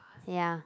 ya